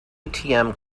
atm